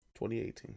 2018